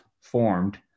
formed